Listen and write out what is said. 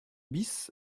bis